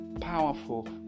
Powerful